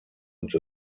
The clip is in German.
und